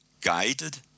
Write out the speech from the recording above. guided